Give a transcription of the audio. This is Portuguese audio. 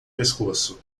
pescoço